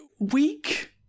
weak